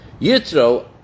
Yitro